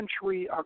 century